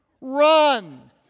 Run